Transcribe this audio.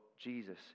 Jesus